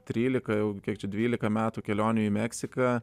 trylika jau kiek čia dvylika metų kelionių į meksiką